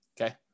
Okay